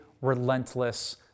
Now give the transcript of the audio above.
relentless